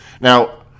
Now